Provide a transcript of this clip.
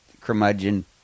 curmudgeon